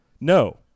No